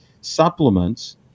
supplements